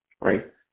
right